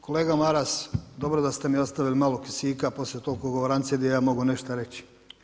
Kolega Maras, dobro da ste mi ostavili malo kisika poslije toliko govorancije da i ja mogu nešto reći.